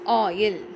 oil